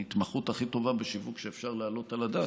ההתמחות הכי טובה בשיווק שאפשר להעלות על הדעת,